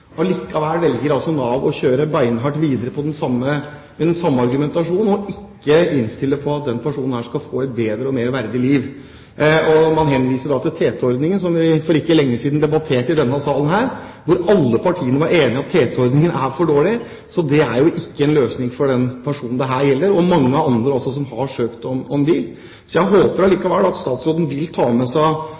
Allikevel velger altså Nav å kjøre beinhardt videre med den samme argumentasjonen og ikke innstille på at denne personen skal få et bedre og mer verdig liv. Man henviser til TT-ordningen, som vi for ikke lenge siden debatterte i denne salen, og alle partiene var enige om at TT-ordningen er for dårlig. Så det er ikke en løsning for den personen det her gjelder – og heller ikke for mange andre som har søkt om bil. Jeg håper allikevel at statsråden vil ta med seg